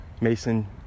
Mason